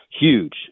Huge